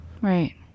Right